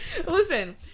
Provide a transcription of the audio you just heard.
Listen